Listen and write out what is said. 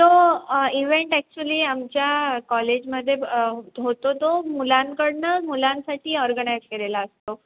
तो event actually आमच्या कॉलेजमध्ये होतो तो मुलांकडून मुलांसाठी ऑर्गनाईज केलेला असतो